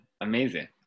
amazing